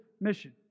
mission